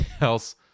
else